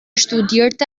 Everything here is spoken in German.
studierte